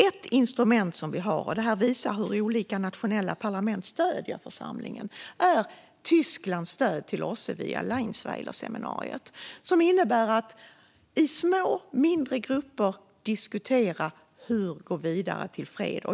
Ett instrument som vi har - och detta visar hur olika nationella parlament stöder församlingen - är Tysklands stöd till OSSE via Leinsweilerseminariet, som innebär att i små mindre grupper diskutera hur vi går vidare till fred.